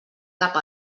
cap